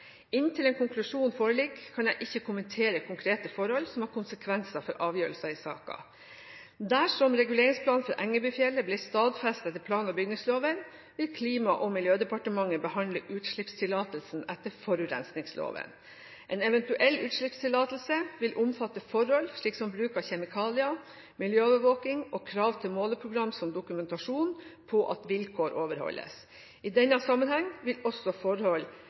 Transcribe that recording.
Inntil en konklusjon foreligger, kan jeg ikke kommentere konkrete forhold som har konsekvenser for avgjørelser i saken. Dersom reguleringsplanen for Engebøfjellet blir stadfestet etter plan- og bygningsloven, vil Klima- og miljødepartementet behandle utslippstillatelsen etter forurensningsloven. En eventuell utslippstillatelse vil omfatte forhold som bruk av kjemikalier, miljøovervåking og krav til måleprogram som dokumentasjon på at vilkår overholdes. I denne sammenheng vil også forhold